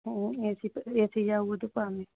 ꯑꯦ C ꯌꯥꯎꯕꯗꯣ ꯄꯥꯝꯃꯤ